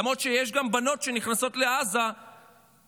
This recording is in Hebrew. למרות שיש גם בנות שנכנסות לעזה ומתקנות